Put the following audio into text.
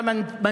אתה רוצה,